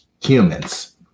humans